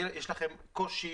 אתה אמרת שיש לכם קושי